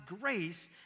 grace